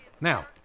Now